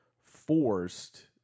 forced